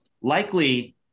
likely